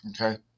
okay